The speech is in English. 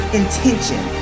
intention